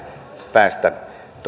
päästä todellakin myös